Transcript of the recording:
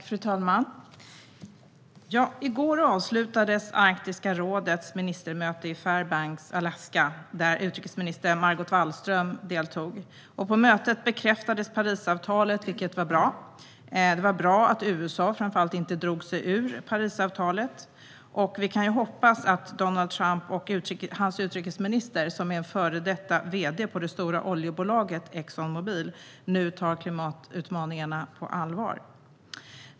Fru talman! I går avslutades Arktiska rådets ministermöte i Fairbanks i Alaska, där utrikesminister Margot Wallström deltog. På mötet bekräftades Parisavtalet, vilket var bra. Framför allt var det bra att USA inte drog sig ur avtalet. Vi kan ju hoppas att Donald Trump och hans utrikesminister, som är före detta vd för det stora oljebolagen Exxon Mobil, nu tar klimatutmaningarna på allvar.